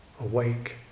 awake